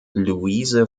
louise